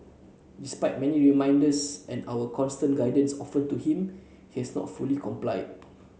despite many reminders and our constant guidance offered to him has not fully complied